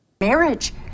marriage